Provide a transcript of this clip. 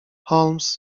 holmes